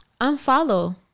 Unfollow